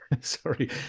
Sorry